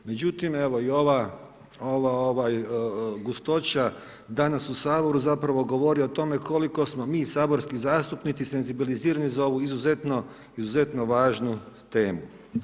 Međutim evo i ova gustoća danas u Saboru zapravo govori o tome koliko smo mi saborski zastupnici senzibilizirani za ovu izuzetno važnu temu.